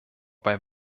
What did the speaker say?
bei